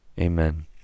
Amen